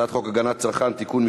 הצעת חוק הגנת הצרכן (תיקון,